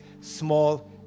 small